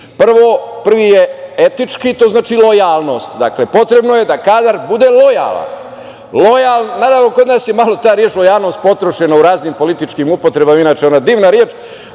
vidu. Prvi je etički, to znači lojalnost. Dakle, potrebno je da kadar bude lojalan. Naravno, kod nas je malo ta reč lojalnost potrošena u raznim političkim upotrebama, inače je ona divna reč,